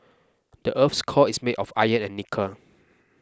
the earth's core is made of iron and nickel